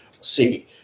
See